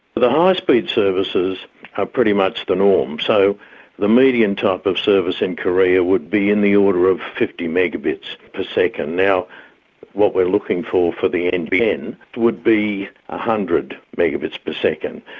the high speed services are pretty much the norm. so the median type of service in korea would be in the order of fifty megabits per second. now what we're looking for for the nbn would be one ah hundred megabits per second.